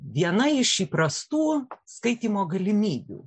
viena iš įprastų skaitymo galimybių